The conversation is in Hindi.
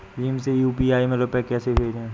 भीम से यू.पी.आई में रूपए कैसे भेजें?